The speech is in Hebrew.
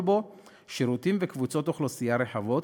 בו שירותים וקבוצות אוכלוסייה רחבות,